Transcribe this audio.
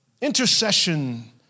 Intercession